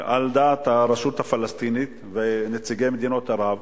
על דעת הרשות הפלסטינית ונציגי מדינות ערב,